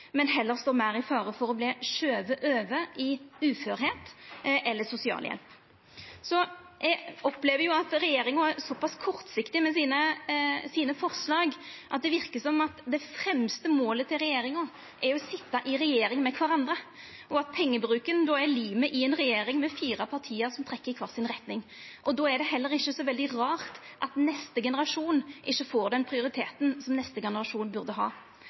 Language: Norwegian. men heller står meir i fare for å verta skuva over i uførheit eller sosialhjelp. Eg opplever at regjeringa er såpass kortsiktig med sine forslag at det verkar som at det fremste målet til regjeringa er å sitja i regjering med kvarandre, og at pengebruken då er limet i ei regjering med fire parti som trekkjer i kvar si retning. Då er det heller ikkje så veldig rart at neste generasjon ikkje får den prioriteten som neste generasjon burde ha.